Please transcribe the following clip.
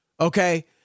Okay